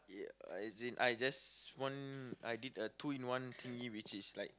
yeah as in I just want I did a two in one thingy which is like